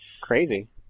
Crazy